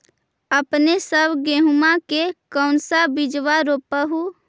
अपने सब गेहुमा के कौन सा बिजबा रोप हू?